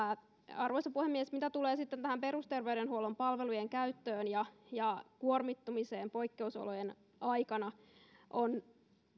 arvoisa puhemies mitä tulee sitten tähän perusterveydenhuollon palvelujen käyttöön ja ja kuormittumiseen poikkeusolojen aikana on